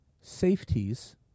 safeties